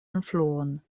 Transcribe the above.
influon